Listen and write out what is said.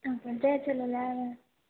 okay जय झूलेलाल